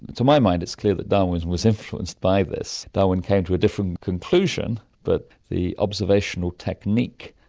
to my mind it's clear that darwin was influenced by this. darwin came to a different conclusion but the observational technique,